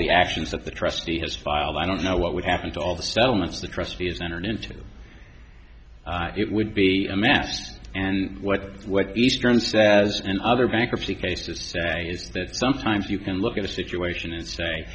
the actions that the trustee has filed i don't know what would happen to all the settlements the trustee is entered into it would be amassed and what what the stern says in other bankruptcy cases is that sometimes you can look at a situation and say